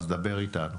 דבר אתנו.